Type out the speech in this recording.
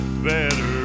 better